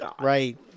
right